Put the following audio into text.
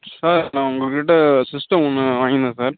sir நான் உங்கள்கிட்ட system ஒன்று வாங்குனேன் சார்